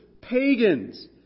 pagans